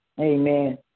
amen